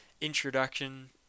introduction